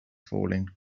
failing